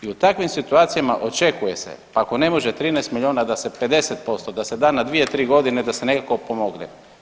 I u takvim situacijama očekuje se pa ako ne može 13 miliona da se 50% da se da na 2-3 godine da se nekako pomogne.